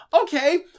Okay